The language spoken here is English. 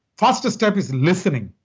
first step is listening,